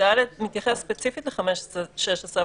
ספציפית ל-15 ו-16,